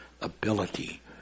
ability